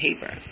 paper